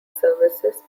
services